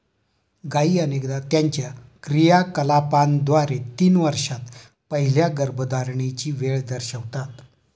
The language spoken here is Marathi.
गायी अनेकदा त्यांच्या क्रियाकलापांद्वारे तीन वर्षांत पहिल्या गर्भधारणेची वेळ दर्शवितात